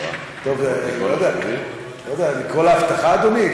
לא יודע, לקרוא לאבטחה, אדוני?